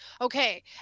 okay